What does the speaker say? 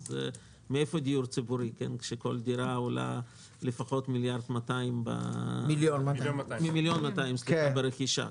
אז מאיפה דיור ציבורי כשכל דירה עולה לפחות 1.2 מיליון שקל ברכישה?